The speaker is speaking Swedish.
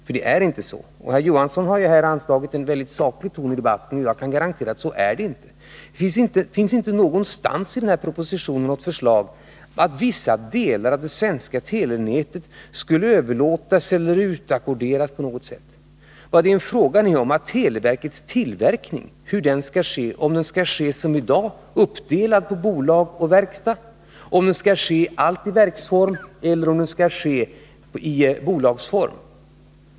Jag kan garantera herr Johansson, som har anslagit en saklig ton i debatten, att så är det inte. Det finns inte någonstans i propositonen något förslag att vissa delar av det svenska telenätet skulle överlåtas eller utackorderas. Vad det är fråga om är hur televerkets tillverkning skall ske, om den skall ske som i dag och Nr 55 uppdelad på bolag och verkstad, om den skall ske helt i verksform eller om den skall ske i bolagsform.